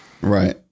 Right